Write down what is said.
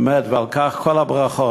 באמת, על כך כל הברכות.